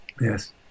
Yes